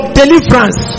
deliverance